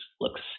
looks